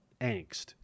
angst